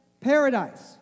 paradise